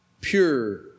Pure